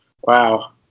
Wow